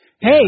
Hey